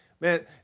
man